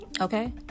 Okay